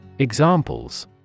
examples